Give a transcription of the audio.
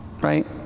Right